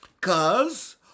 Cause